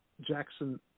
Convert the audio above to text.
Jackson –